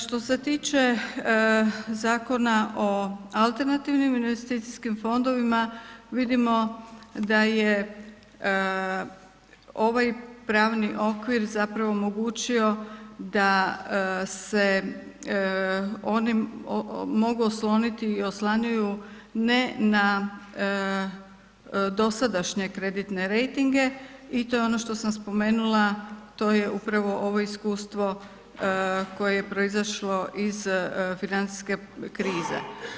Što se tiče Zakona o alternativnim investicijskim fondovima, vidimo da je ovaj pravni okvir zapravo omogućio da se onim mogu osloniti i oslanjaju, ne na dosadašnje kreditne rejtinge i to je ono što sam spomenula, to je upravo ovo iskustvo koje je proizašlo iz financijske krize.